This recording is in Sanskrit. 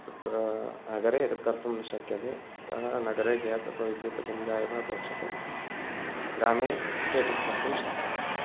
तत् नगरे तत् कर्तुं न शक्यते अतः नगरे गेस् अथवा विद्युत् चुल्या एव अपेक्षते ग्रामे एतत् कर्तुं शक्यते